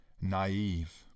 naive